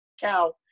cow